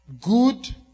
good